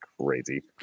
crazy